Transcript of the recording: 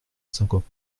cinquante